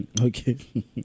Okay